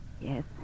Yes